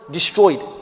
destroyed